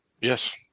Yes